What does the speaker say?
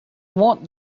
want